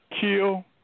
Kill